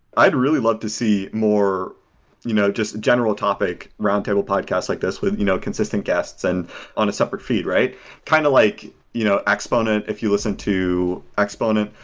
i'd really love to see more you know just general topic, roundtable podcast like this with you know consistent guests and on a separate feed. kind of like you know exponent, if you listen to exponent,